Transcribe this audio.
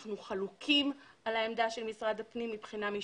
אנחנו חלוקים על העמדה של משרד הפנים מבחינה משפטית.